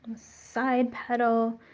side petal.